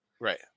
Right